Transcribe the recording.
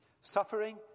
Suffering